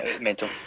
mental